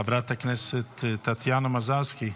חברת הכנסת טטיאנה מזרסקי,